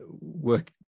work